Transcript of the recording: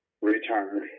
return